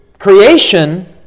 Creation